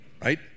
right